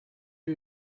you